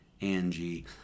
Angie